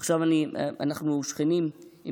אנחנו שכנים של